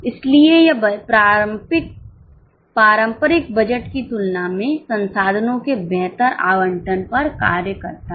इसलिए यह पारंपरिक बजट की तुलना में संसाधनों के बेहतर आवंटन पर कार्य करता है